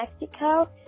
Mexico